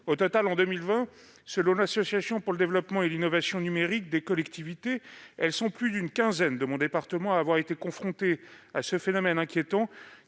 Au total, en 2020, selon l'Association pour le développement et l'innovation numérique des collectivités, elles sont plus d'une quinzaine de mon département à avoir été confrontées à ce phénomène inquiétant,